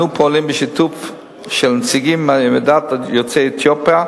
לעודד את זה,